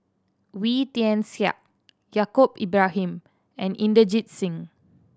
Wee Tian Siak Yaacob Ibrahim and Inderjit Singh